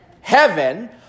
heaven